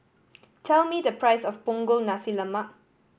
tell me the price of Punggol Nasi Lemak